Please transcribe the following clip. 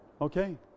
okay